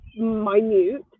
minute